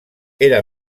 era